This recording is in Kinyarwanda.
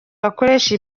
bakoresha